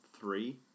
three